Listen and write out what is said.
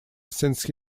since